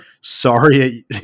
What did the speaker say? Sorry